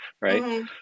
right